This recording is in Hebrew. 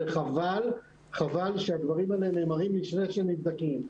וחבל שהדברים האלה נאמרים לפני שהם נבדקים.